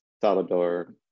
Salvador